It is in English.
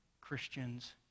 Christians